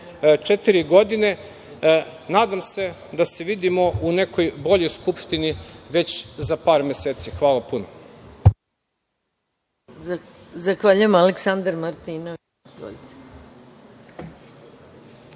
četiri godine. Nadam se da se vidimo u nekoj boljoj Skupštini već za par meseci. Hvala puno.